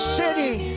city